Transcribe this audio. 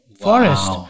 forest